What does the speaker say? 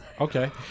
Okay